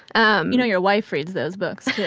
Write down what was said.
um you know, your wife reads those books.